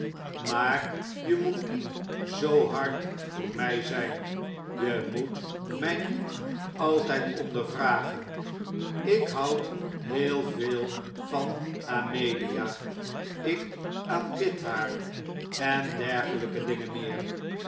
maar je moet niet zoo hard voor mij zijn je moet mij niet altijd ondervragen ik houd heel veel van amelia ik aanbid haar en dergelijke dingen meer